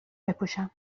بپوشم